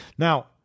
Now